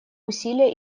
усилия